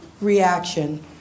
reaction